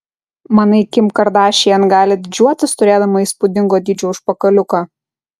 manai kim kardašian gali didžiuotis turėdama įspūdingo dydžio užpakaliuką